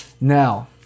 Now